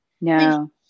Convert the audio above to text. no